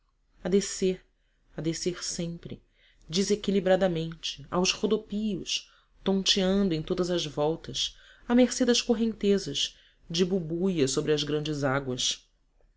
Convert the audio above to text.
a descer a descer sempre desequilibradamente aos rodopios tonteando em todas as voltas à mercê das correntezas de bubuia sobre as grandes águas